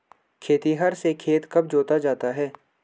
खेतिहर से खेत कब जोता जाता है?